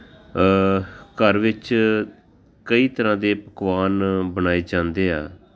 ਘਰ ਵਿੱਚ ਕਈ ਤਰ੍ਹਾਂ ਦੇ ਪਕਵਾਨ ਬਣਾਏ ਜਾਂਦੇ ਆ